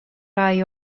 rai